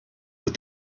with